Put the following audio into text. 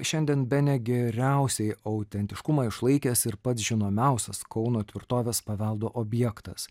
šiandien bene geriausiai autentiškumą išlaikęs ir pats žinomiausias kauno tvirtovės paveldo objektas